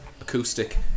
acoustic